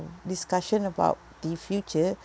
discussion about the future